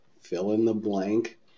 fill-in-the-blank